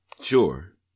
Sure